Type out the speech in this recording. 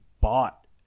bought